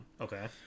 Okay